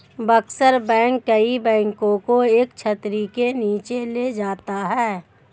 bankers bank कई बैंकों को एक छतरी के नीचे ले जाता है